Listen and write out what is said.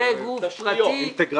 זה גוף פרטי,